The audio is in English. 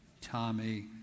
Tommy